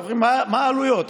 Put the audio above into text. מה העלויות?